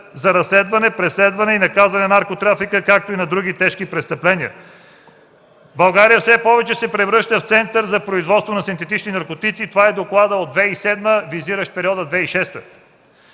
за разследване, преследване и наказване на наркотрафика, както и на други тежки престъпления. България все повече се превръща в център на производство на синтетични наркотици.” Това пише в доклада от 2007 г., визиращ периода от 2006 г.